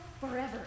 forever